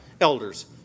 elders